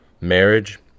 marriage